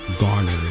Garner